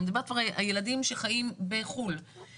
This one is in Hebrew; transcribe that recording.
אני מדברת על ילדים שחיים בחו"ל,